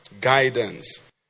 guidance